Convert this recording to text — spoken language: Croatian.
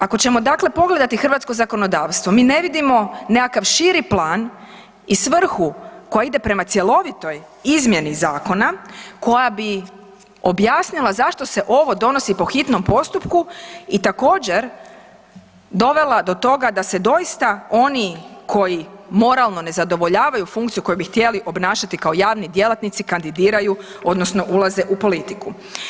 Ako ćemo dakle pogledati hrvatsko zakonodavstvo, mi ne vidimo nekakav širi plan i svrhu koja ide prema cjelovitoj izmjeni zakona koja bi objasnila zašto se ovo donosi po hitnom postupku i također, dovela do toga da se doista oni koji moralno ne zadovoljavaju funkciju koju bi htjeli obnašati kao javni djelatnici, kandidiraju odnosno ulaze u politiku.